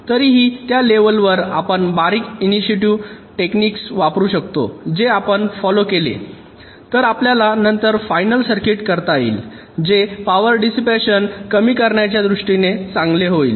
तरीही त्या लेव्हलवर आपण बरीच इंटुटीव्ह टेक्निक्स वापरू शकतो जे आपण फॉलो केले तर आपल्याला नंतर फायनल सर्किट करता येईल जे पावर डिसिपॅशन कमी करण्याच्या दृष्टीने चांगले होईल